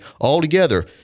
altogether